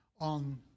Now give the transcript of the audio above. on